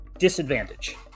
disadvantage